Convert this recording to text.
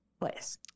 place